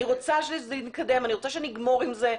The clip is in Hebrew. אני רוצה שזה יתקדם, אני רוצה שנגמור עם זה.